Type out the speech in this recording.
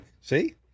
See